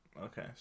Okay